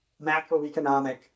macroeconomic